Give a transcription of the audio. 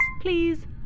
Please